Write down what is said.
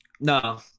No